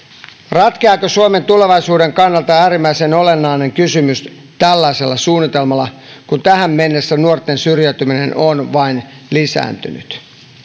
ratkeaako suomen tulevaisuuden kannalta äärimmäisen olennainen kysymys tällaisella suunnitelmalla kun tähän mennessä nuorten syrjäytyminen on vain lisääntynyt